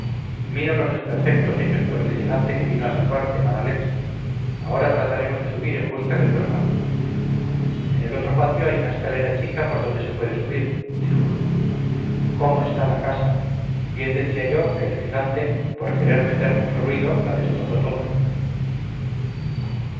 mira los desperfectos hechos por el gigante que vino a salvarte manalet ahora tratemos de subir en busca de tu hermano en el otro patio hay una escalera chica por donde se puede subir dijo cómo está la casa bien decía yo que el gigante por querer meter mucho ruido la destrozó